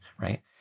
right